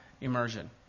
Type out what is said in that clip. immersion